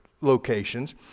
locations